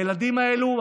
הילדים האלו,